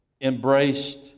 embraced